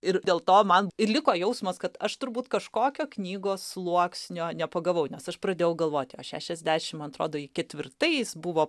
ir dėl to man ir liko jausmas kad aš turbūt kažkokio knygos sluoksnio nepagavau nes aš pradėjau galvoti o šešiasdešim atrodo ketvirtais buvo